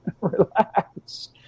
relax